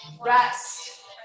Rest